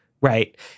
right